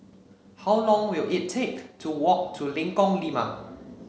how long will it take to walk to Lengkong Lima